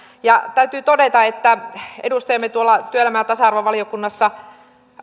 täytyy todeta että edustajamme tuolla työelämä ja tasa arvovaliokunnassa